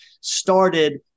started